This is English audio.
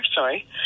sorry